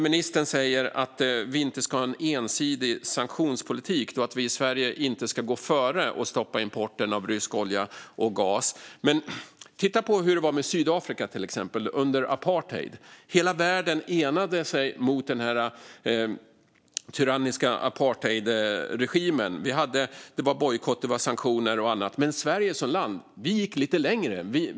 Ministern säger att vi inte ska ha en ensidig sanktionspolitik och att vi i Sverige inte ska gå före och stoppa importen av rysk olja och gas. Men titta på hur det var med Sydafrika under apartheid, till exempel. Hela världen enades mot den tyranniska apartheidregimen. Det var bojkott, sanktioner och annat. Men Sverige som land gick lite längre.